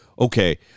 okay